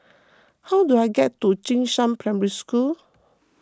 how do I get to Jing Shan Primary School